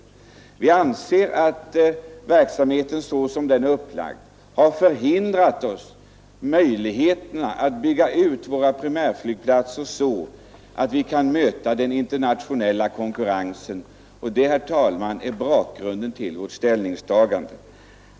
Vi anser att verksamheten såsom den är upplagd har hindrat oss från att bygga ut våra primärflygplatser så att vi kan möta den internationella konkurrensen, och det, herr talman, är bakgrunden till vårt ställningstagande.